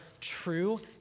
true